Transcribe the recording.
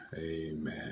Amen